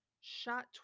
shot